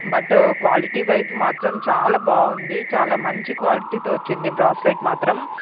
but quality wise మాత్రం చాలా బాగుంది చాలా మంచి క్వాలిటీతో వచ్చింది బ్రాస్లైట్ మాత్రం